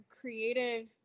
creative